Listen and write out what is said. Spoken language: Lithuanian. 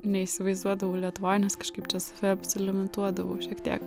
neįsivaizduodavau lietuvoj nes kažkaip čia save apsilimituodavau šiek tiek